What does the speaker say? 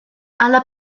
alla